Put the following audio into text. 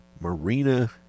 Marina